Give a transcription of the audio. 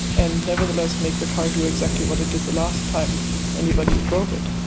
and nevertheless make the car do exactly what it did the last time anybody drove it.